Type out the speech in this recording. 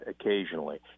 occasionally